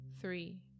three